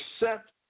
accept